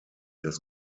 des